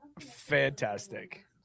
Fantastic